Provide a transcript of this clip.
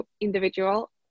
individual